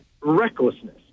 recklessness